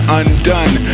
undone